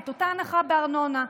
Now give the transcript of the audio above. את אותה הנחה בארנונה.